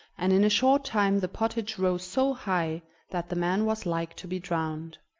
and in a short time the pottage rose so high that the man was like to be drowned.